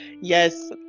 yes